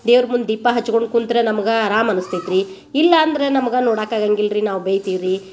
ದೇವ್ರ ಮುಂದೆ ದೀಪ ಹಚ್ಗೊಂಡು ಕುಂತ್ರ ನಮ್ಗೆ ಆರಾಮ ಅನಸ್ತೈತ್ರಿ ಇಲ್ಲಾಂದರೆ ನಮಗೆ ನೋಡಾಕ ಆಗಂಗಿಲ್ಲ ರೀ ನಾವು ಬೈತಿವಿ ರೀ